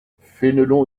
fénelon